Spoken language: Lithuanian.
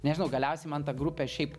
nežinau galiausiai man ta grupė šiaip